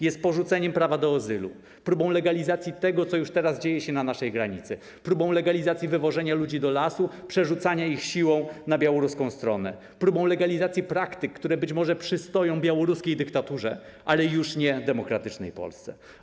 Jest porzuceniem prawa do azylu, próbą legalizacji tego, co już teraz dzieje się na naszej granicy, próbą legalizacji wywożenia ludzi do lasu, przerzucania ich siłą na białoruską stronę, próbą legalizacji praktyk, które być może przystoją białoruskiej dyktaturze, ale już nie demokratycznej Polsce.